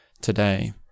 today